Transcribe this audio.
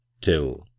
till